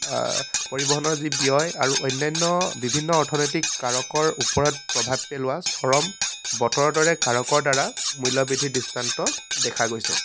পৰিবহণৰ যি ব্যয় আৰু অন্যান্য বিভিন্ন অৰ্থনৈতিক কাৰকৰ ওপৰত প্ৰভাৱ পেলোৱা চৰম বতৰ দৰে কাৰকৰ দ্বাৰা মূল্যবৃদ্ধিৰ দৃষ্টান্ত দেখা গৈছে